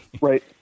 Right